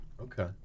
Okay